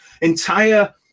entire